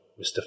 Mr